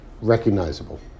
recognizable